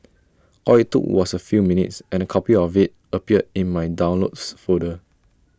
all IT took was A few minutes and A copy of IT appeared in my downloads folder